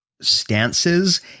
stances